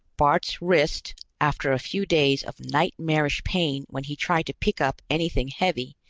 bart's wrist, after a few days of nightmarish pain when he tried to pick up anything heavy,